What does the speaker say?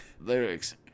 lyrics